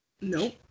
Nope